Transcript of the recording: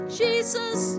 jesus